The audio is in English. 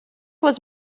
was